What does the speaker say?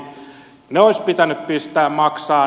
ne olisi pitänyt pistää maksamaan